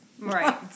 Right